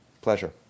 Pleasure